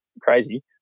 crazy